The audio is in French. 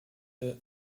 est